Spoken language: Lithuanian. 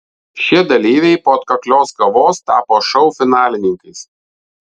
šie dalyviai po atkaklios kovos tapo šou finalininkais